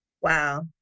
Wow